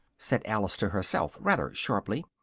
said alice to herself rather sharply,